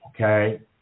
Okay